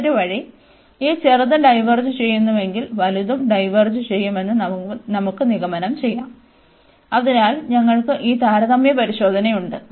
മറ്റൊരു വഴി ഈ ചെറുത് ഡൈവേർജ് ചെയ്യുന്നുവെങ്കിൽ വലുതും ഡൈവേർജ് ചെയ്യുമെന്ന് നമുക്ക് നിഗമനം ചെയ്യാം അതിനാൽ ഞങ്ങൾക്ക് ഈ താരതമ്യ പരിശോധനയുണ്ട്